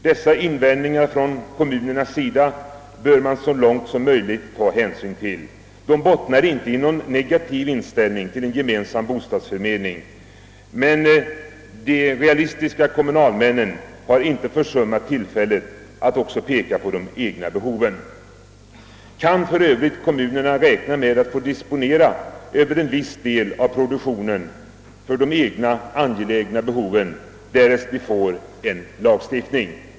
Dessa invändningar från kommunernas sida bör man så långt som möjligt ta hänsyn till. De bottnar inte i någon negativ inställning till en gemensam bostadsförmedling. Men de realistiska kommunalmännen har inte försummat tillfället att också peka på de egna behoven. Kan för övrigt kommunerna räkna med att få disponera över en viss del av produktionen för de egna angelägna behoven, därest vi får en lagstiftning?